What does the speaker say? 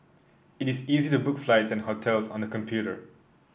it is easy to book flights and hotels on the computer